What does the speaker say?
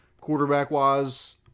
quarterback-wise